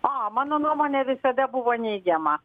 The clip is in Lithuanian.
a mano nuomonė visada buvo neigiama